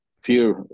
fear